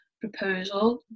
proposal